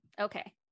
Okay